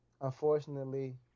Unfortunately